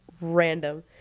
random